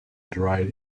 dried